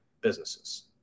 businesses